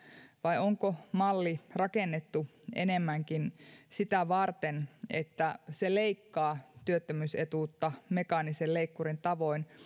vai onko malli rakennettu enemmänkin sitä varten että se leikkaa työttömyysetuutta mekaanisen leikkurin tavoin